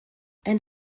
and